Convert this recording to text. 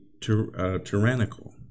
tyrannical